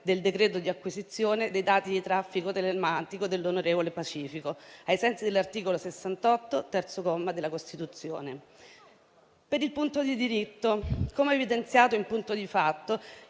del decreto di acquisizione dei dati di traffico telematico dell'onorevole Pacifico, ai sensi dell'articolo 68, terzo comma, della Costituzione. Per il punto di diritto, come evidenziato in punto di fatto